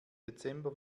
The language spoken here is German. dezember